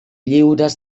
lliures